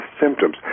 symptoms